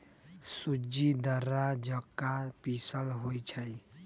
सूज़्ज़ी दर्रा जका पिसल होइ छइ